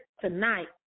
tonight